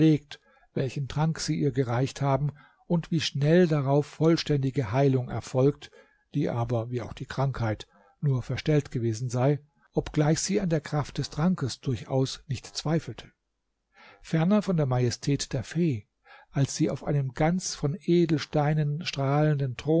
welchen trank sie ihr gereicht haben und wie schnell darauf vollständige heilung erfolgt die aber wie auch die krankheit nur verstellt gewesen sei obgleich sie an der kraft des trankes durchaus nicht zweifelte ferner von der majestät der fee als sie auf einem ganz von edelsteinen strahlenden